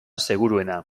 seguruena